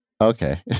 Okay